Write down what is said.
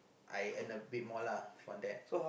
I earn a bit more lah from that